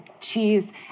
cheese